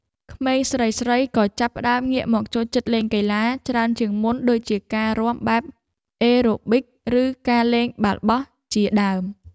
ក្មេងស្រីៗក៏ចាប់ផ្តើមងាកមកចូលចិត្តលេងកីឡាច្រើនជាងមុនដូចជាការរាំបែបអេរ៉ូប៊ិកឬការលេងបាល់បោះជាដើម។